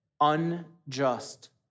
unjust